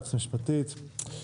היועצת המשפטית.